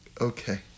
Okay